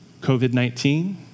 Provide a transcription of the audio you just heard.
COVID-19